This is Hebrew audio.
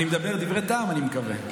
אני מדבר דברי טעם, אני מקווה.